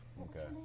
Okay